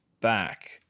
back